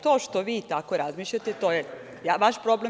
To što vi tako razmišljate, to je vaš problem.